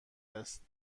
است